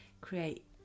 create